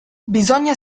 bisogna